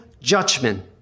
judgment